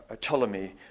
Ptolemy